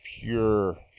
pure